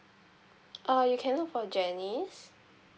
ah you can look for janice